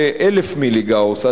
ל-1,000 מיליגאוס,